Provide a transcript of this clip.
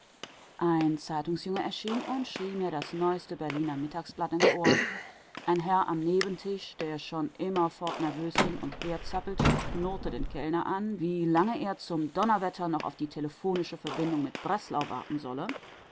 ein zeitungsjunge erschien und schrie mir das neueste berliner mittagsblatt ins ohr ein herr am nebentisch der schon immerfort nervös hin und her zappelte knurrte den kellner an wie lange er zum donnerwetter noch auf die telephonische verbindung mit breslau warten solle